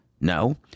no